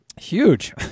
Huge